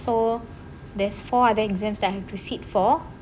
so there's four other exams I have to sit for